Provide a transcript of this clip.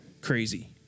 crazy